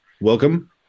welcome